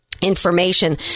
information